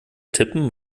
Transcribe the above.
tippen